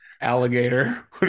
alligator